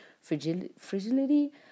fragility